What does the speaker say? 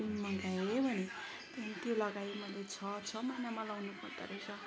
cream मँगाए भनेँ त्यहाँदेखि त्यो लगाएँ मैले छ छ महिनामा लाउनु पर्दो रहेछ